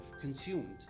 consumed